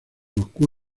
moscú